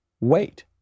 weight